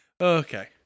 Okay